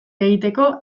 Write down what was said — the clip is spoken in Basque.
egiteko